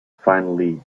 finally